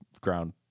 ground